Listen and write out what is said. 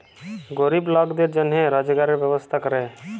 গরিব লকদের জনহে রজগারের ব্যবস্থা ক্যরে